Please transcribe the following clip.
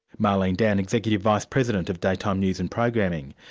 marlene dann, executive vice-president of daytime news and programming.